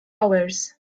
hours